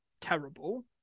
terrible